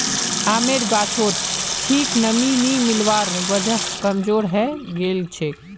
आमेर गाछोत ठीक नमीं नी मिलवार वजह कमजोर हैं गेलछेक